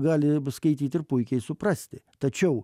gali skaityt ir puikiai suprasti tačiau